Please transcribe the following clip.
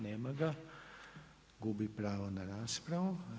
Nema ga, gubi pravo na raspravu.